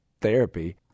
therapy